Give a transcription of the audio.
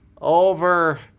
over